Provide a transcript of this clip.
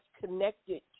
connected